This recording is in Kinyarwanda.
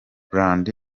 brand